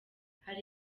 hari